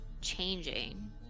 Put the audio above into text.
changing